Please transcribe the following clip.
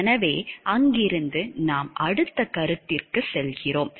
எனவே அங்கிருந்து நாம் அடுத்த கருத்துக்கு செல்கிறோம்